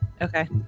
Okay